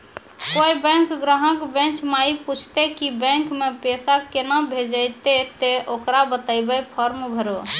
कोय बैंक ग्राहक बेंच माई पुछते की बैंक मे पेसा केना भेजेते ते ओकरा बताइबै फॉर्म भरो